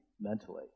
mentally